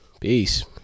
Peace